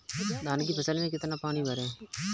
धान की फसल में कितना पानी भरें?